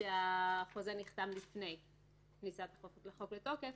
שהחוזה נחתם לפני כניסת החוק לתוקף,